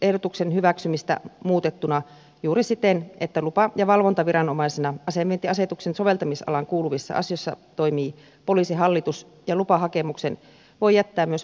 ehdotuksen hyväksymistä muutettuna juuri siten että lupa ja valvontaviranomaisena asevientiasetuksen soveltamisalaan kuuluvissa asioissa toimii poliisihallitus ja lupahakemuksen voi jättää myös poliisilaitokseen